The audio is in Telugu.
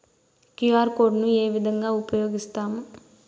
క్యు.ఆర్ కోడ్ ను ఏ విధంగా ఉపయగిస్తాము?